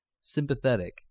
sympathetic